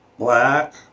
black